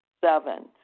Seven